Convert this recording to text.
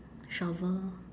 shovel